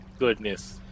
Goodness